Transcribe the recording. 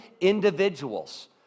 individuals